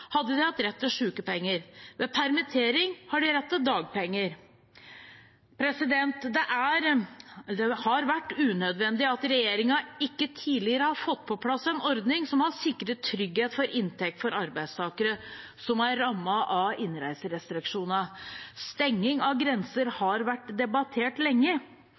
hadde de hatt rett til sykepenger, ved permittering hadde de hatt rett til dagpenger. Det har vært unødvendig at regjeringen ikke tidligere har fått på plass en ordning som har sikret trygghet for inntekt for arbeidstakere som er rammet av innreiserestriksjonene. Stenging av grenser har vært debattert lenge.